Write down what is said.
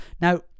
now